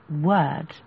word